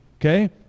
Okay